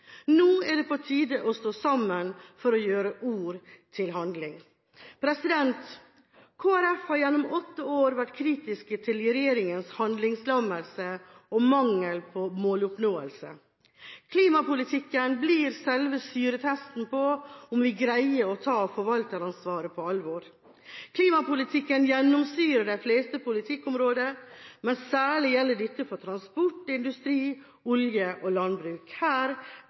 Nå er det på tide å stå sammen for å gjøre ord om til handling. Kristelig Folkeparti har gjennom åtte vært kritisk til regjeringas handlingslammelse og mangel på måloppnåelse. Klimapolitikken blir selve syretesten på om vi greier å ta forvalteransvaret på alvor. Klimapolitikken gjennomsyrer de fleste politikkområder, men særlig gjelder dette for transport, industri, olje og landbruk. Her